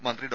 മന്ത്രി ഡോ